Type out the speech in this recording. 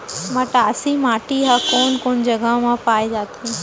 मटासी माटी हा कोन कोन जगह मा पाये जाथे?